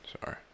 Sorry